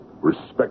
respect